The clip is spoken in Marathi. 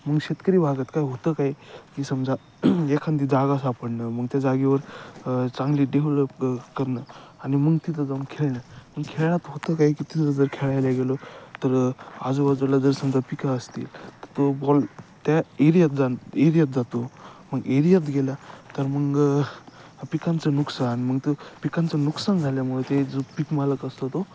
मग शेतकरी भागात काय होतं काय की समजा एखादी जागा सापडणं मग त्या जागेवर चांगली डेव्हलप करणं आणि मग तिथं जाऊन खेळणं मग खेळात होतं काय की तिथं जर खेळायला गेलो तर आजूबाजूला जर समजा पिकं असतील त तो बॉल त्या एरियात जा एरियात जातो मग एरियात गेला तर मग पिकांचं नुकसान मग तो पिकांचं नुकसान झाल्यामुळे ते जो पीक मालक असतो तो